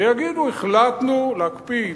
ויגידו: החלטנו להקפיא.